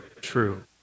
true